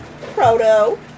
Proto